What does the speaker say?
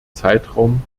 zeitraum